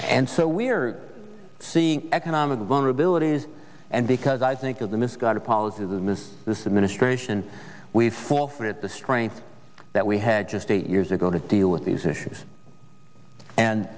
and so we are seeing economic vulnerabilities and because i think of the misguided policies that miss this administration we have forfeited the strength that we had just eight years ago to deal with these issues and